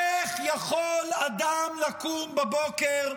איך יכול אדם לקום בבוקר,